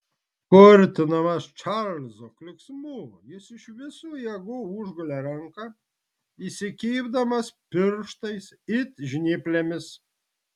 kurtinamas čarlzo klyksmų jis iš visų jėgų užgulė ranką įsikibdamas pirštais it žnyplėmis